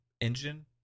engine